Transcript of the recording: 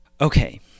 Okay